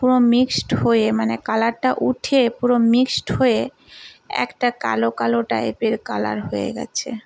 পুরো মিক্সড হয়ে মানে কালারটা উঠে পুরো মিক্সড হয়ে একটা কালো কালো টাইপের কালার হয়ে গেছে